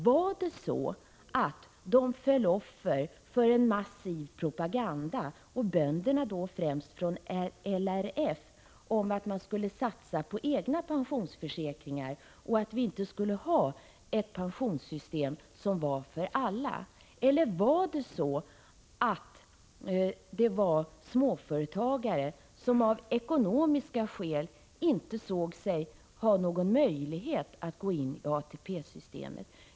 Var det så att de föll offer för en massiv propaganda — och bönderna då främst från LRF — om att man skulle satsa på egna pensionsförsäkringar och att vi inte skulle ha ett pensionssystem för alla? Eller var det så att det var småföretagare som av ekonomiska skäl inte såg sig någon möjlighet att gå in i ATP-systemet?